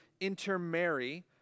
intermarry